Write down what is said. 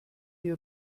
die